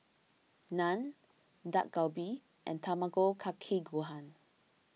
Naan Dak Galbi and Tamago Kake Gohan